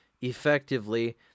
effectively